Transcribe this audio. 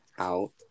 Out